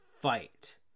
fight